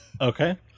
Okay